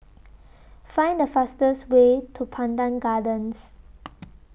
Find The fastest Way to Pandan Gardens